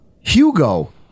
Hugo